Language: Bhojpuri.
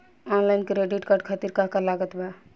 आनलाइन क्रेडिट कार्ड खातिर का का लागत बा?